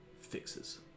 fixes